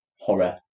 horror